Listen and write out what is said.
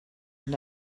and